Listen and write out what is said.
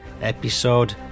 episode